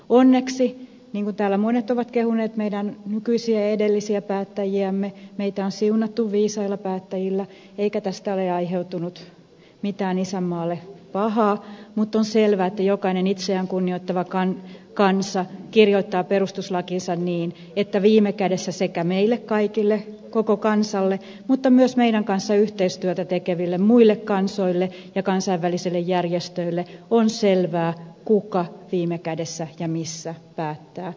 onneksi niin kuin täällä monet ovat kehuneet meidän nykyisiä ja edellisiä päättäjiämme meitä on siunattu viisailla päättäjillä eikä tästä ole aiheutunut mitään pahaa isänmaalle mutta on selvää että jokainen itseään kunnioittava kansa kirjoittaa perustuslakinsa niin että viime kädessä sekä meille kaikille koko kansalle mutta myös meidän kanssamme yhteistyötä tekeville muille kansoille ja kansainvälisille järjestöille on selvää kuka viime kädessä ja missä päättää